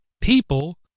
People